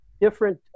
different